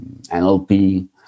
NLP